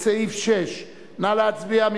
על סעיף 6. נא להצביע.